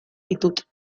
ditut